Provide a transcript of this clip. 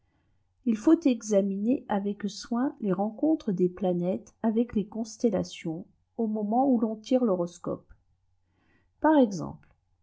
il feut examiner avec soin les rencontres des planètes avec les constellations au moment où l'on tire l'horoscope par exemple